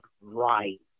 right